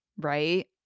right